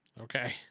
Okay